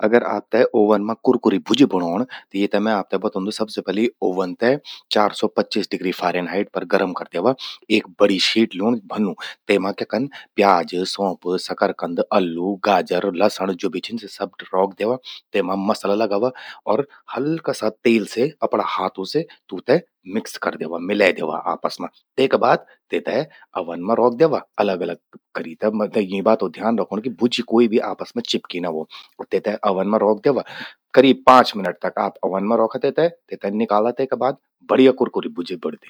अगर आपते ओवन मां कुरकुरी भुज्जि बणौंण, त येते मैं आपते बतौंदू। सबसे पलि ओवन ते चार सौ पच्चीस डिग्री फारेनहाइट पर गरम करि द्यवा। एक बड़ि शीट ल्यूण भन्नू। तेमा क्या कन प्याज, सौंफ, शकरकंद, अल्लु, गाजर, लसण ज्वो भी छिन स्वो सब रौख द्यवा। तेमा मसाला लगावा और हल्का सा तेल से अपरा हाथूं से तूंते मिक्स कर द्यवा, मिले द्यवा आपस मां। तेका बाद तेते ओवन मां रौख द्यवा अलग अलग करी ते। मतलब यीं बातो ध्यान रौखण कि भुज्जि कोई भी आपस मां चिपक्यीं ना व्हो। तेते ओवन मां रौख द्यवा। करीब पांच मिनट तक आप ओवन मां रौखा तेते। तेते निकाला तेका बाद, बढ़िया कुरकुरी भुज्जि बणदि।